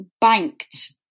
banked